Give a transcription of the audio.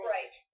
Right